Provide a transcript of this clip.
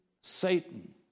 Satan